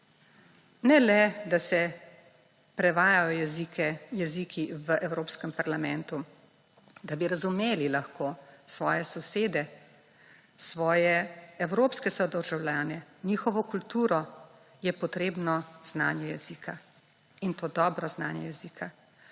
Ne le da se prevajajo jeziki v Evropskem parlamentu, da bi razumeli lahko svoje sosede, svoje evropske sodržavljane, njihovo kulturo, je potrebno znanje jezika; in to dobro znanje jezika.